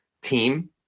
Team